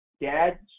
Dad